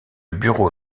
bureau